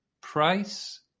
price